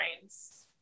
brains